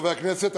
חברי הכנסת,